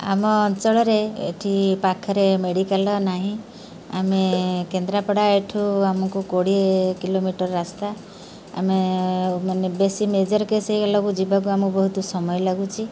ଆମ ଅଞ୍ଚଳରେ ଏଇଠି ପାଖରେ ମେଡ଼ିକାଲ୍ ନାହିଁ ଆମେ କେନ୍ଦ୍ରାପଡ଼ା ଏଇଠୁ ଆମକୁ କୋଡ଼ିଏ କିଲୋମିଟର ରାସ୍ତା ଆମେ ମାନେ ବେଶୀ ମେଜର୍ କେସ୍ ହେଇଗଲାକୁ ଯିବାକୁ ଆମକୁ ବହୁତ ସମୟ ଲାଗୁଛି